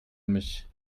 mich